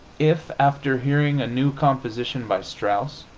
if, after hearing a new composition by strauss,